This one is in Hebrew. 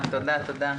תודה.